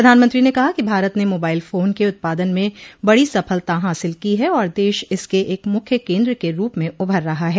प्रधानमंत्री न कहा कि भारत ने मोबाइल फोन के उत्पादन में बडी सफलता हासिल की है और देश इसके एक मुख्य केन्द्र के रूप में उभर रहा है